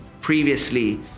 previously